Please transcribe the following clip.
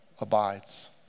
abides